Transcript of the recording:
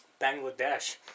Bangladesh